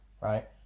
right